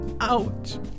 Ouch